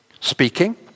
speaking